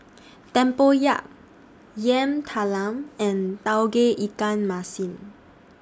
Tempoyak Yam Talam and Tauge Ikan Masin